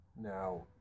Now